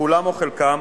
כולם או חלקם,